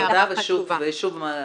תודה, ושוב אני